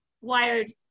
wired